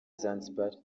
zanzibar